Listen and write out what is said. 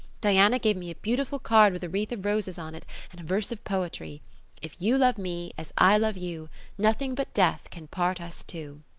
diana gave me a beautiful card with a wreath of roses on it and a verse of poetry if you love me as i love you nothing but death can part us two.